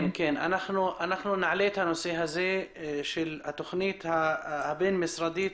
נעלה את הנושא הזה של התכנית הבין משרדית.